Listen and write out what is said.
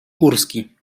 górski